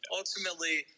ultimately